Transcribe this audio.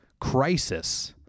crisis